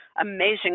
amazing